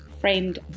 framed